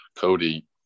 Cody